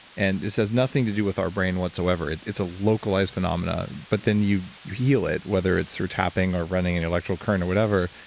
and this has nothing to do with our brain whatsoever. it's a localized phenomenon but then, you you heal it, whether it's through tapping, or running an electrocurrent or whatever,